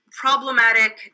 problematic